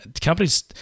companies